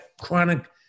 chronic